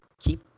keep